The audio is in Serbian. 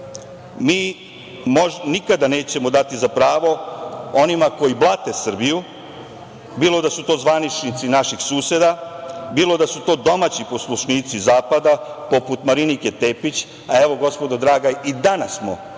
mi nikada nećemo dati za pravo onima koji blate Srbiju, bilo da su to zvaničnici naših suseda, bilo da su to domaći poslušnici zapada, poput Marinike Tepić, a evo, gospodo draga, i danas smo